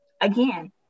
again